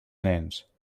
nens